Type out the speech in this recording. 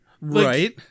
Right